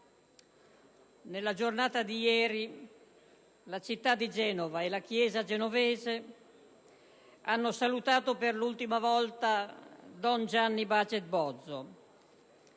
nella giornata di ieri la città di Genova e la chiesa genovese hanno salutato per l'ultima volta don Gianni Baget Bozzo.